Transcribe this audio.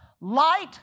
light